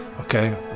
Okay